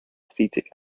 acetic